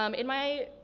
um in my